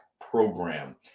program